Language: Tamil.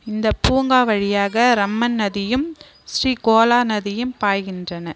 இந்தப் பூங்கா வழியாக ரம்மன் நதியும் ஸ்ரீகோலா நதியும் பாய்கின்றன